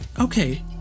okay